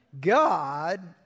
God